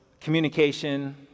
communication